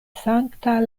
sankta